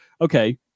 okay